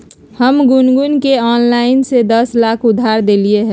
हम गुनगुण के ऑनलाइन से दस लाख उधार देलिअई ह